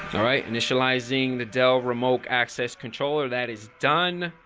all right, initializing the dell remote access controller that is done.